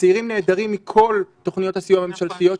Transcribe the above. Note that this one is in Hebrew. הצעירים נעדרים מכול תוכניות הסיוע הממשלתיות.